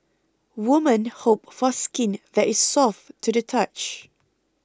women hope for skin that is soft to the touch